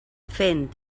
fent